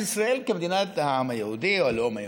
ישראל כמדינת העם היהודי או הלאום היהודי.